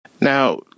Now